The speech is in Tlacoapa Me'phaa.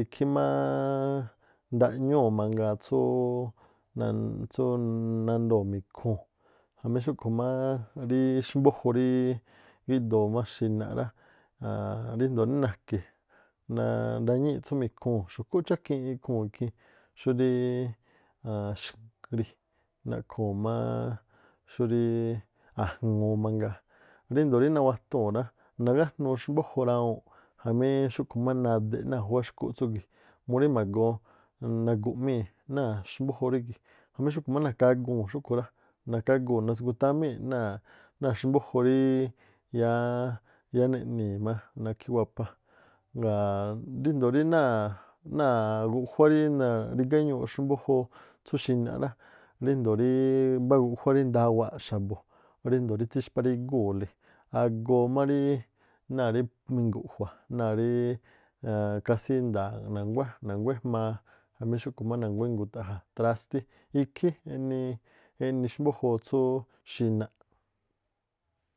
ikhí máá ndaꞌñúu̱ mangaa tsúú nandoo̱ mi̱khuu̱n khamí xúꞌkhu̱ máá rí xmbujo̱ ríí gíꞌdoo má xinaꞌ rá, aan ríjndoo̱ rí na̱ke̱ nañíi̱ tsú mi̱khuu̱n, xu̱kú chákiin ikhuu̱n ikhii̱n, xurí xgri, naꞌkhuu̱n má xurí a̱jŋuu̱ mangaa ríndo̱o rí nawatuu̱n rá, nagájnu xbújo̱ rawuu̱n jamí xúꞌkhu̱ má nadee̱ ná̱a júwá xkúꞌ tsúgi̱ murí magoo nagu̱ꞌmii̱ jamí xúꞌkhu̱ má nakaguu̱n xúꞌkhu̱ rá. Na̱kaguu̱ nasngutámii̱ náa̱ náa̱ xbújo̱ rí yáá neꞌnii̱ má nakhí wapha ngaa̱ ríndoo̱ rí náa̱- náa̱- guꞌjuá rí náa̱ rigá wéñuuꞌ xmbújo̱o̱ tsú xinaꞌ rá, ríjndoo̱ rí mbáá guꞌjuá rí ndawaa̱ꞌ xabu̱, ríjndoo̱ rí tsíxpárígúu̱le agoo má rí náa̱ mingu̱ꞌjua̱ náa̱ rí kasí nda̱a̱ꞌ na̱nguá na̱nguá ejmaa jamí xúꞌkhu̱ má na̱nguá ingu̱ta̱ꞌja̱ trástí ikhí eꞌni xbújoo tsú xinaꞌ.